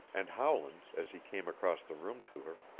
and howland, as he came across the room to her,